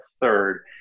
third